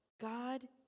God